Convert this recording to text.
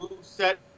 set